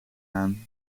aan